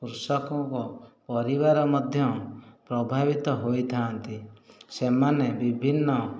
କୃଷକଙ୍କ ପରିବାର ମଧ୍ୟ ପ୍ରଭାବିତ ହୋଇଥାନ୍ତି ସେମାନେ ବିଭିନ୍ନ